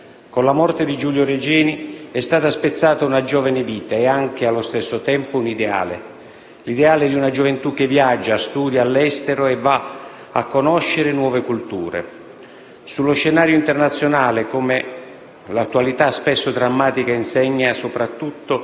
Con la morte di Giulio Regeni è stata spezzata una giovane vita e anche, allo stesso tempo, un ideale: l'ideale di una gioventù che viaggia, studia all'estero e va a conoscere nuove culture. Sullo scenario internazionale, come l'attualità spesso drammatica insegna, e soprattutto